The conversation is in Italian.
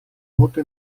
molto